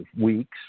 weeks